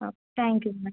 thank you madam